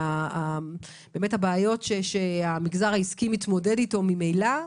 הבעיות שהמגזר העסקי מתמודד איתן ממילא,